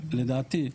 שלדעתי,